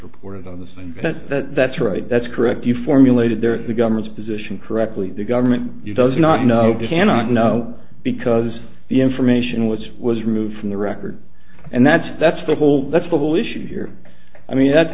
report on the say that that's right that's correct you formulated their government's position correctly the government does not know you cannot know because the information was was removed from the record and that's that's the whole that's the whole issue here i mean that's